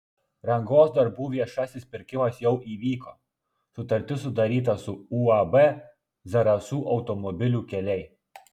rangos darbų viešasis pirkimas jau įvyko sutartis sudaryta su uab zarasų automobilių keliai